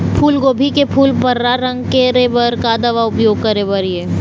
फूलगोभी के फूल पर्रा रंग करे बर का दवा के उपयोग करे बर ये?